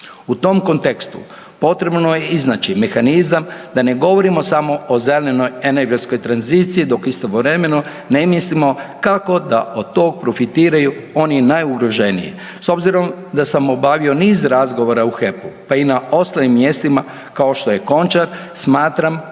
U tom kontekstu potrebno je iznaći mehanizam da ne govorimo samo o zelenoj energetskoj tranziciji dok istovremeno ne mislimo kako da od tog profitiraju oni najugroženiji. S obzirom da sam obavio niz razgovora u HEP-u, pa i na ostalim mjestima kao što je „Končar“, smatram